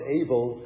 able